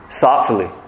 thoughtfully